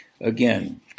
Again